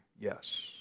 yes